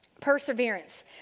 Perseverance